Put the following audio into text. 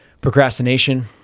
Procrastination